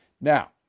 Now